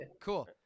cool